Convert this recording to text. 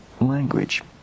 language